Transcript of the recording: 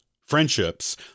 friendships